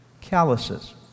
calluses